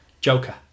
Joker